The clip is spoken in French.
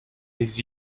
les